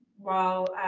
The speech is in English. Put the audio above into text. while